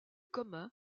communs